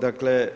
Dakle